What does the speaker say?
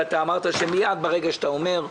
ואתה אמרת שמיד ברגע שאתה אומר,